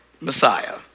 Messiah